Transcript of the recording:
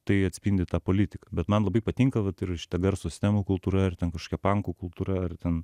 tai atspindi tą politiką bet man labai patinka vat ir šita garso sistemų kultūra ir ten kažkokia pankų kultūra ar ten